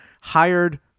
hired